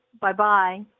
Bye-bye